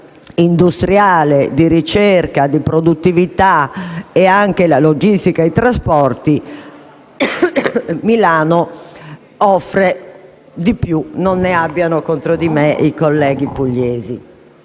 il tessuto industriale, di ricerca e di produttività, nonché la logistica e i trasporti, Milano offre di più, e non ne abbiano contro di me i colleghi pugliesi.